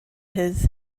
his